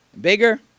bigger